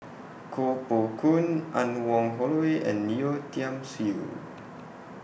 Koh Poh Koon Anne Wong Holloway and Yeo Tiam Siew